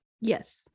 Yes